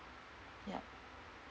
ya